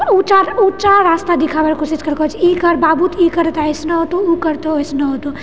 ओ चाह ओ चाह रास्ता दिखाबएके कोशिश करलको जे इ कर बाबु इ कर त ऐसनो ओ कर तऽ वैसनो हेतो